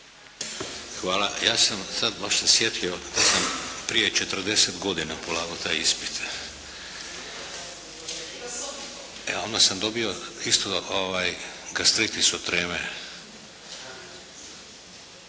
Hvala. Ja sam sad baš se sjetio da sam prije 40 godina polagao taj ispit. Onda sam dobio isto gastritis od treme.